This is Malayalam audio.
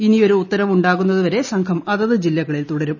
ഇനിയൊരു ഉത്തരവുണ്ടാകുന്നതു വരെ സംഘം അതത് ജില്ലകളിൽ തുടരും